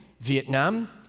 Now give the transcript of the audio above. Vietnam